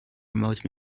remote